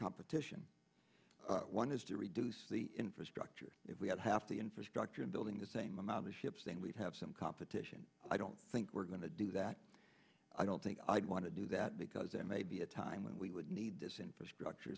competition one is to reduce the infrastructure if we had half the infrastructure in building the same amount of ships then we'd have some competition i don't think we're going to do that i don't think i'd want to do that because there may be a time when we would need this infrastructure